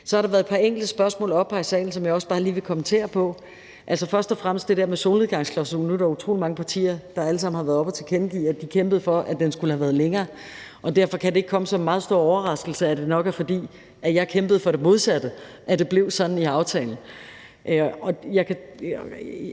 Så har der været et par enkelte spørgsmål oppe her i salen, som jeg også bare lige vil kommentere på. Altså, først og fremmest er der det der med solnedgangsklausulen. Nu er der jo utrolig mange partier, der alle sammen har været oppe og tilkendegive, at de kæmpede for, at den skulle have været kortere . Derfor kan det ikke komme som en meget stor overraskelse, at det nok er, fordi jeg kæmpede for det modsatte, at det blev sådan i aftalen.